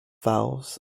valves